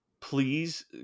please